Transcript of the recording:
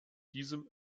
diesem